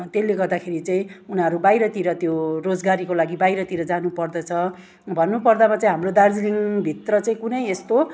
त्यसले गर्दाखेरि चाहिँ उनीहरू बाहिरतिर त्यो रोजगारीको लागि बाहिरतिर जानु पर्दछ भन्नु पर्दामा चाहिँ हाम्रो दार्जिलिङभित्र चाहिँ कुनै यस्तो